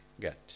get